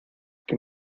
que